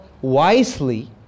wisely